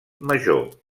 major